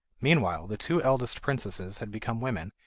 meanwhile the two eldest princesses had become women,